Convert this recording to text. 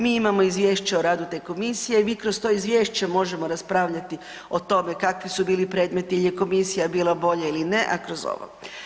Mi imamo izvješće o radu te komisije i mi kroz to izvješće možemo raspravljati o tome kakvi su bili predmeti, jel je komisija bila bolja ili ne, a kroz ovo.